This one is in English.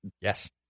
Yes